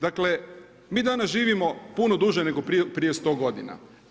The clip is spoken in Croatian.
Dakle mi danas živimo puno duže nego prije 100 godina.